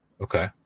Okay